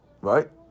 Right